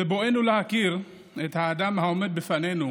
בבואנו להכיר את האדם העומד בפנינו